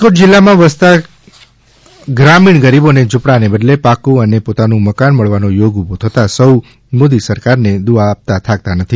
રાજકોટ જિલ્લામાં વસવાટ કરતાં ગ્રામીણ ગરીબોને ઝૂપડાને બદલે પાક્કુ અને પોતાનું મકાન મળવાનો યોગ ઊભો થતાં સૌ મોદી સરકારને દુવા આપતા થાકતા નથી